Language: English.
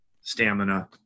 stamina